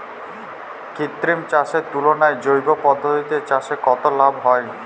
কৃত্রিম চাষের তুলনায় জৈব পদ্ধতিতে চাষে কত লাভ হয়?